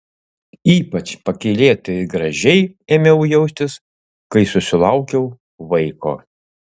ypač pakylėtai ir gražiai ėmiau jaustis kai susilaukiau vaiko